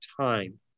time